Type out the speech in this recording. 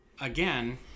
again